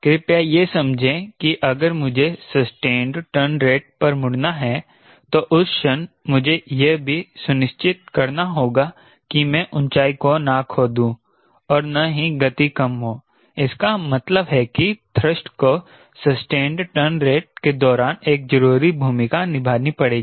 कृपया यह समझें कि अगर मुझे सस्टेंड टर्न रेट पर मुड़ना है तो उस क्षण मुझे यह भी सुनिश्चित करना होगा कि मैं ऊंचाई को ना खो दूं और न ही गति कम हो इसका मतलब है कि थ्रस्ट को सस्टेंड टर्न रेट के दौरान एक जरूरी भूमिका निभानी पड़ेगी